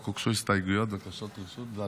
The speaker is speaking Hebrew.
הוגשו הסתייגויות ובקשות רשות דיבור,